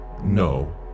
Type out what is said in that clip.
No